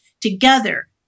together